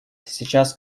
сейчас